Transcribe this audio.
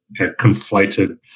conflated